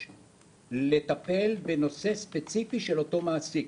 לטפל בנושא ספציפי של אותו המעסיק.